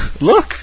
Look